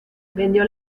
vendió